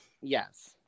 Yes